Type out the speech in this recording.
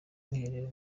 mwiherero